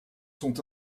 sont